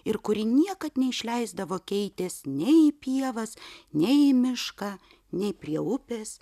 ir kuri niekad neišleisdavo keitės nei į pievas nei į mišką nei prie upės